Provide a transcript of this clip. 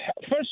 First